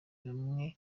bamwe